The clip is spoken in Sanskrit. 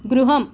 गृहम्